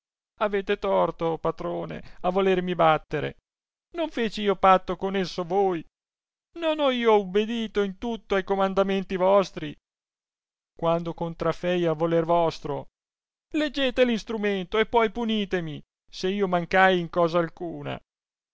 avete torto patrone a volermi battere non feci io patto con esso voi non ho io ubbedito in tutto ai comandamenti vostri quando contrafei al voler vostro leggete l instrumento e poi punitemi se io mancai in cosa alcuna